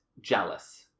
jealous